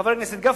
חבר הכנסת גפני,